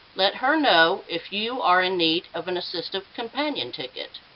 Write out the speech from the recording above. let her know if you are in need of an assistive companion ticket.